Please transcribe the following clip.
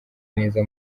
neza